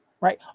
Right